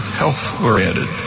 health-oriented